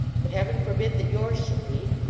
but heaven forbid that yours should be.